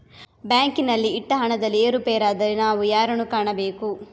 ಬ್ಯಾಂಕಿನಲ್ಲಿ ಇಟ್ಟ ಹಣದಲ್ಲಿ ಏರುಪೇರಾದರೆ ನಾವು ಯಾರನ್ನು ಕಾಣಬೇಕು?